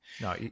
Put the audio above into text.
No